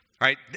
right